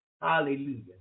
Hallelujah